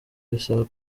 bisaba